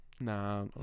Nah